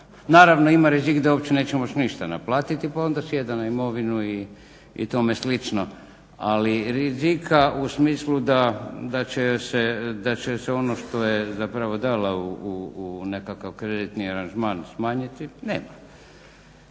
naravno ima rizik da uopće neće moći ništa naplatiti pa onda sjeda na imovinu i tom slično ali rizika u smislu da će se ono što je zapravo dala u nekakva kreditni aranžman smanjiti nema,